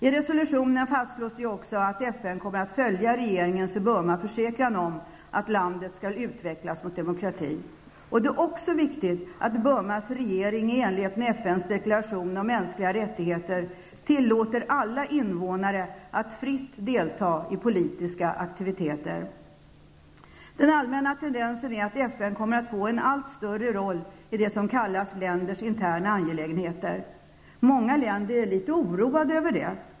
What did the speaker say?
I resolutionen fastslås att FN kommer att följa den försäkran som kommit från regeringen i Burma och som handlar om att landet skall utvecklas i riktning mot demokrati. Det är också viktigt att Burmas regering i enlighet med FNs deklaration om mänskliga rättigheter tillåter alla invånare att fritt delta i politiska aktiviteter. En allmän tendens är att FN kommer att få spela en allt större roll i fråga om det som kallas länders interna angelägenheter. I många länder är man litet oroad över det.